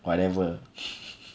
whatever